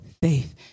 Faith